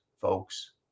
folks